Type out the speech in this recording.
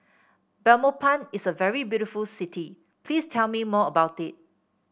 Belmopan is a very beautiful city please tell me more about it